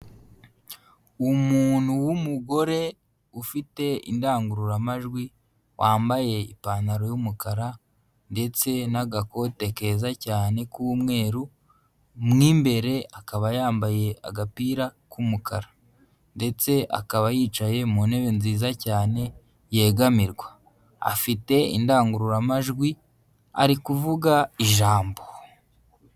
Umuntu w'umugore ufite indangururamajwi, wambaye ipantaro y'umukara ndetse n'agakote keza cyane k'umweru, mo imbere akaba yambaye agapira k'umukara ndetse akaba yicaye mu ntebe nziza cyane yegamirwa, afite indangururamajwi ari kuvuga ijambo.